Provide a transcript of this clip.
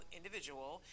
individual